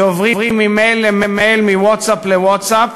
שעוברים ממייל למייל, מווטסאפ לווטסאפ,